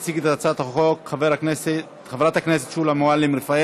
תציג את הצעת החוק חברת הכנסת שולי מועלם-רפאלי